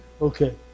okay